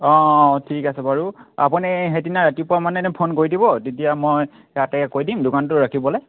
অঁ ঠিক আছে বাৰু আপুনি সেইদিনা ৰাতিপুৱা মানে এনেই ফোন কৰি দিব তেতিয়া মই তাতে কৈ দিম দোকানীটোক ৰাখিবলৈ